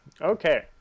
okay